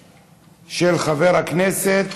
מס' 11650, של חבר הכנסת